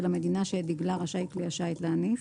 המדינה שאת דגלה רשאי כלי השיט להניף.